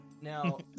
Now